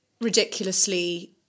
ridiculously